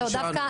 ויש היענות.